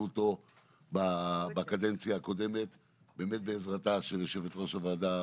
אותו בקדנציה הקודמת באמת בעזרתה של יושבת-ראש הוועדה,